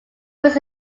his